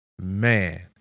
Man